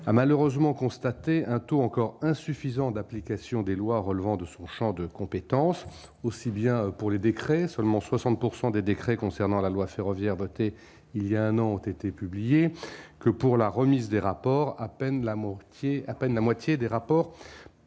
a malheureusement constaté un taux encore insuffisant d'application des lois relevant de son Champ de compétences, aussi bien pour les décrets, seulement 60 pourcent des décrets concernant la loi ferroviaire voté il y a un an, ont été publiés que pour la remise des rapports à peine l'amour à peine la moitié des rapports